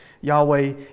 Yahweh